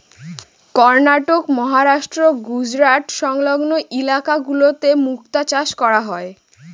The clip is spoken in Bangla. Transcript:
কর্ণাটক, মহারাষ্ট্র, গুজরাট সংলগ্ন ইলাকা গুলোতে মুক্তা চাষ করা হয়